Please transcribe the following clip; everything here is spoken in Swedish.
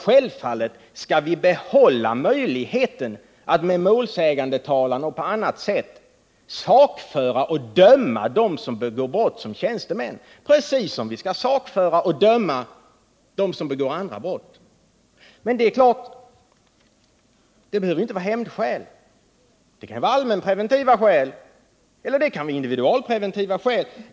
Självfallet skall vi behålla möjligheten att med målsägandetalan och på annat sätt sakföra och döma dem som begår brott som tjänstemän, precis som vi skall sakföra och döma andra som begår brott. Men det behöver inte ske av hämndlystnad — det kan vara allmänpreventiva eller individualpreventiva skäl som ligger bakom detta.